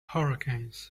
hurricanes